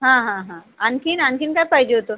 हां हां हां आणखी आणखी काय पाहिजे होतं